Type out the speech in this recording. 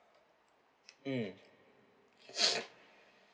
mm